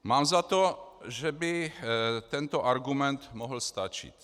Mám za to, že by tento argument mohl stačit.